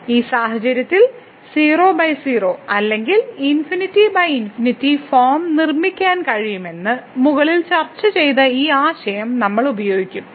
ഈ സാഹചര്യത്തിൽ 00 അല്ലെങ്കിൽ ∞∞ ഫോം നിർമ്മിക്കാൻ കഴിയുമെന്ന് മുകളിൽ ചർച്ച ചെയ്ത ഈ ആശയം നമ്മൾ ഉപയോഗിക്കും